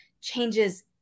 changes